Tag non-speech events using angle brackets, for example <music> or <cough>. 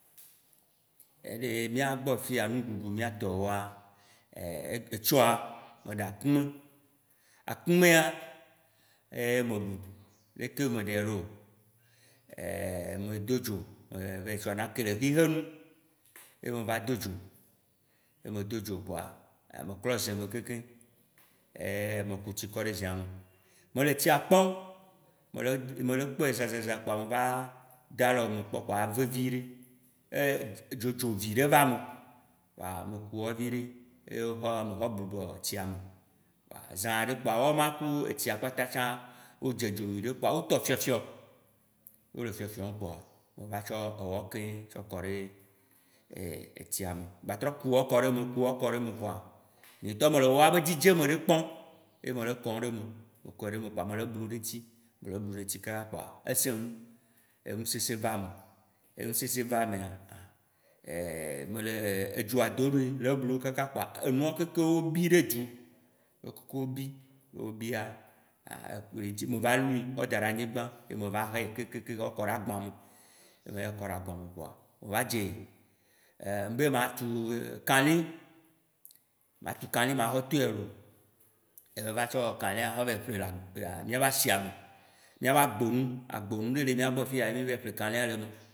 Eɖe miagbɔ fiya, ŋɖuɖu miatɔ woa, etsɔa, meɖa akume, akumea ye me ɖu. Ɖeke meɖɛ ɖo? <hesitation> me do dzo va, me va yi tsɔ anake le xixenu ye me va do dzo, ye me do dzo kpoa, me klɔ ze me kekeŋ, ye me ku tsi kɔɖe zea me. Me le tsia kpom, mele mele kpoe zãzãzã kpoa me va da lɔ eme kpɔ kpoa eve viɖe, ye dzodzo vi ɖe va eme. Kpoa me Ku wɔ vi ɖe ye me hɔ blibɔ tsia me. Kpoa zã ɖe kpoa, wɔ ma ke etsia kpata tsã wo dze dzo nyuieɖe kpoa wo tɔ fiɔfiɔ. Wo le fiɔfiɔ kpoa, me va tsɔ ewɔ keŋ tsɔ kɔɖe <hesitation> etsia me, gbatrɔ ku wɔ kɔ ɖe eme, ku wɔ kɔ ɖe eme kpoa, nye ŋtɔ me le wɔa be dzidzeme le kɔm ye me le kɔm ɖe eme. Me kɔe ɖe eme kpoa, me le eblum ɖe eŋti, mele blum ɖe eŋti kaa kpoa, eseŋu. Eŋusese va emea eŋusese va emea <hesitation> me le edzoa do ɖui, le eblum kaka kpoa, enuawo kekem bi ɖe dzu. Wo kem bi, wo bia tse meva lui kɔ da ɖe anigbã, ye me va hɛ kekekem kɔ kɔ ɖe agbã me. Me hɛ kɔ ɖe agbã me kpoa, me va dze <hesitation> ŋbe ma tu kalĩ, ma tu kalĩ ma xɔ tɔɛ loo, me va tsɔ kalĩa xɔ va yi ƒle la ƒle la miava asia me, miava agbonu, agbonu ɖe le mia gbɔ fiya ye mi va yi ƒle kalĩa le eme.